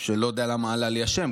לא יודע למה עלה לי השם,